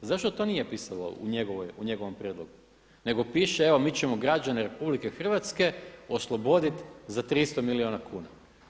Zašto to nije pisalo u njegovom prijedlogu, nego piše evo mi ćemo građane RH oslobodit za 300 milijuna kuna.